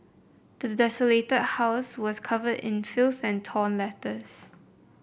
the desolated house was covered in filth and torn letters